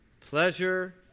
pleasure